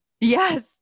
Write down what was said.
yes